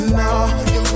now